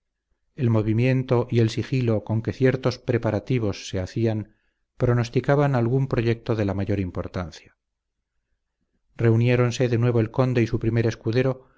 el movimiento y el sigilo con que ciertos preparativos se hacían pronosticaban algún proyecto de la mayor importancia reuniéronse de nuevo el conde y su primer escudero